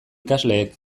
ikasleek